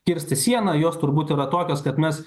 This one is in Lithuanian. kirsti sieną jos turbūt yra tokios kad mes